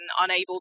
unable